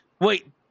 wait